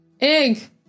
Egg